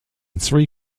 three